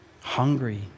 hungry